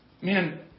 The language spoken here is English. Man